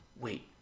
Wait